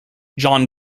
john